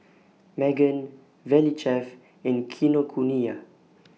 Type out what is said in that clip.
Megan Valley Chef and Kinokuniya